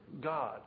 God